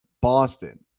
Boston